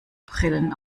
brillen